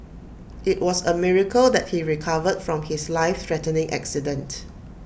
IT was A miracle that he recovered from his life threatening accident